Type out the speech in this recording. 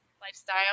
lifestyle